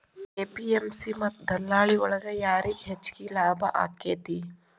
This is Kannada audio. ಎ.ಪಿ.ಎಂ.ಸಿ ಮತ್ತ ದಲ್ಲಾಳಿ ಒಳಗ ಯಾರಿಗ್ ಹೆಚ್ಚಿಗೆ ಲಾಭ ಆಕೆತ್ತಿ?